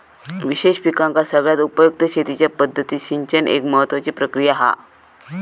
विशेष पिकांका सगळ्यात उपयुक्त शेतीच्या पद्धतीत सिंचन एक महत्त्वाची प्रक्रिया हा